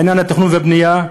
בעניין התכנון והבנייה,